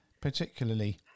particularly